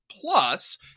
Plus